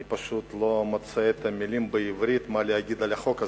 אני לא מוצא את המלים בעברית מה להגיד על החוק הזה.